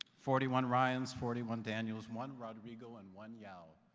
forty one ryans. forty one daniels. one rodrigo. and one yao.